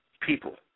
People